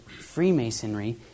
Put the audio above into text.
Freemasonry